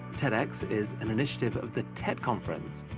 tedx is an initiative of the ted conference,